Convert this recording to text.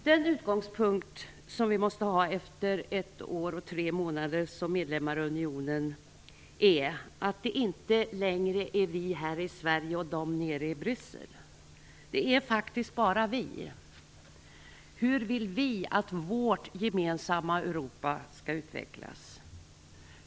Den utgångspunkt vi måste ha, efter ett år och tre månader som medlemmar i unionen, är att det inte längre handlar om "vi här i Sverige" och "dem nere i Bryssel". Det är faktiskt bara "vi". Hur vill vi att vårt gemensamma Europa skall utvecklas?